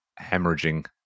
hemorrhaging